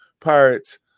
Pirates